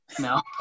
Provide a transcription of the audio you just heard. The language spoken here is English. No